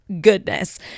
goodness